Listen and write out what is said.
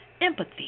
Empathy